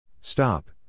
Stop